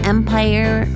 Empire